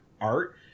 art